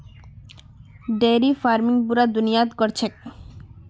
dairy farming पूरा दुनियात क र छेक